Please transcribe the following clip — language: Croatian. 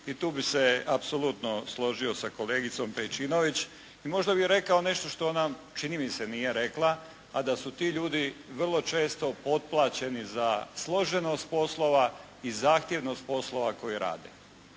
i tu bih se apsolutno složio sa kolegicom Pejčinović i možda bih rekao nešto što ona čini mi se nije rekla a da su ti ljudi vrlo često potplaćeni za složenost poslova i zahtjevnost poslova koje rade.